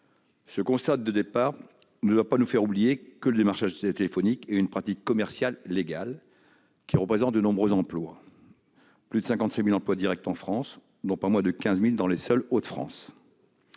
Ce constat de départ ne doit pas nous faire oublier que le démarchage téléphonique est une pratique commerciale légale et que ce secteur représente de nombreux emplois directs en France : plus de 55 000, dont pas moins de 15 000 dans les seuls Hauts-de-France.